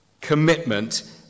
commitment